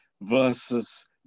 versus